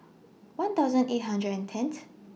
one thousand eight hundred and tenth